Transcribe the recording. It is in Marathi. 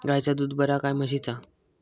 गायचा दूध बरा काय म्हशीचा?